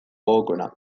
gogokoena